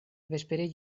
vespere